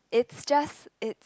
it's just it's